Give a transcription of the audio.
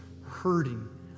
hurting